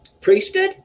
Priesthood